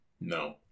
No